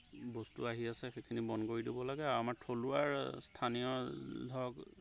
বস্তু আহি আছে সেইখিনি বন্ধ কৰি দিব লাগে আৰু আমাৰ থলুৱাৰ স্থানীয় ধৰক